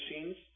machines